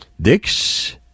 dicks